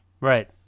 Right